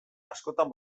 askotan